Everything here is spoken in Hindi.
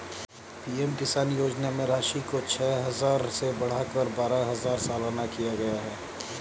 पी.एम किसान योजना में राशि को छह हजार से बढ़ाकर बारह हजार सालाना किया गया है